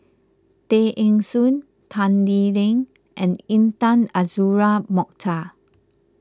Tay Eng Soon Tan Lee Leng and Intan Azura Mokhtar